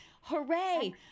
hooray